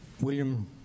William